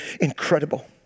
incredible